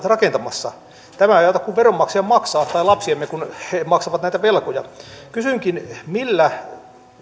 rakentamassa tämä ei auta kuin veronmaksajan maksaa tai lapsiemme kun he maksavat näitä velkoja kysynkin millä